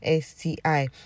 sti